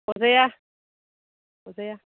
अरजाया अरजाया